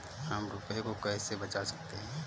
हम रुपये को कैसे बचा सकते हैं?